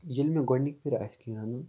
ییٚلہِ مےٚ گۄڈٕنِکۍ پھرِ آسہِ کیٚنٛہہ رنُن